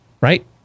Right